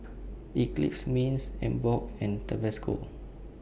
Eclipse Mints Emborg and Tabasco